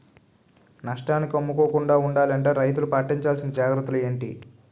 నష్టానికి అమ్ముకోకుండా ఉండాలి అంటే రైతులు పాటించవలిసిన జాగ్రత్తలు ఏంటి